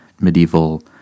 medieval